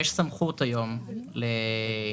יש סמכות היום למנהל,